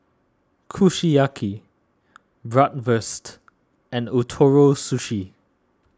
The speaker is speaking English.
Kushiyaki Bratwurst and Ootoro Sushi